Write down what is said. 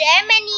Germany